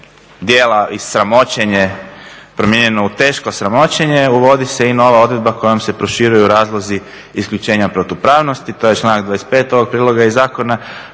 djela i sramoćenje promijenjeno u teško sramoćenje, uvodi se i nova odredba kojom se proširuju razlozi isključenja protupravnosti, to je članak 25. ovog priloga iz zakona